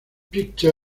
mostró